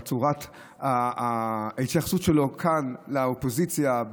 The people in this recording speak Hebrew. בצורת ההתייחסות שלו כאן לאופוזיציה,